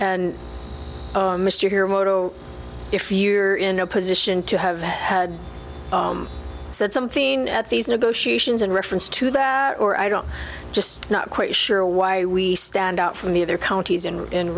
moto if you're in a position to have said something at these negotiations in reference to that or i don't just not quite sure why we stand out from the other counties and in